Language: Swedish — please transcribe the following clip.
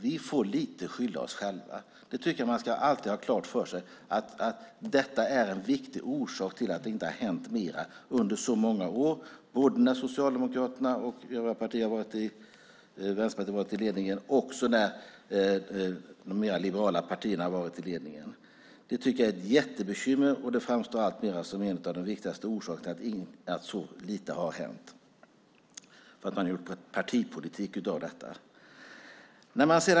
Vi får lite grann skylla oss själva. Man bör alltid ha klart för sig att detta är en viktig orsak till att inte mer har hänt under så många år, både när Socialdemokraterna och övriga vänsterpartier varit i ledningen och när de mer liberala partierna varit i ledningen. Det tycker jag är ett jättebekymmer, och det framstår alltmer som en av de viktigaste orsakerna till att så lite har hänt. Man har gjort partipolitik av detta.